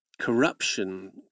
corruption